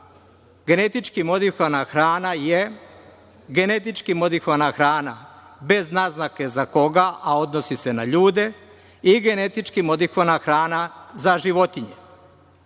hrane, propisano da je genetički modifikovana hrana bez naznake za koga, a odnosi se na ljude, i genetički modifikovana hrana za životinje,